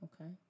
Okay